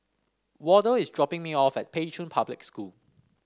Wardell is dropping me off at Pei Chun Public School